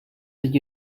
that